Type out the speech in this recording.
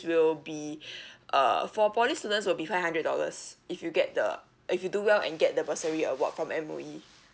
will be uh for poly students will be five hundred dollars if you get the if you do well and get the bursary award from M_O_E